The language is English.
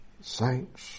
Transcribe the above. saints